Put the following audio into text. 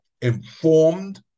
informed